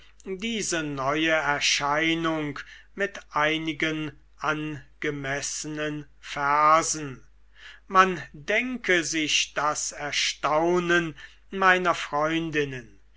diese neue erscheinung mit einigen angemessenen versen man denke sich das erstaunen meiner freundinnen